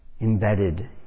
embedded